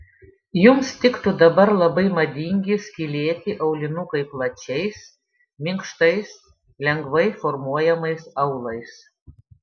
jums tiktų dabar labai madingi skylėti aulinukai plačiais minkštais lengvai formuojamais aulais